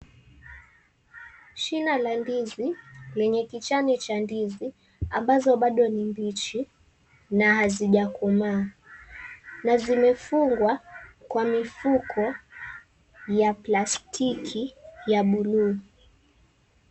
Shina la ndizi lenye kichani cha ndizi ambazo bado ni mbichi na hazijakomaa na zimefungwa kwa mifuko ya plastiki ya blue .